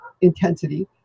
intensity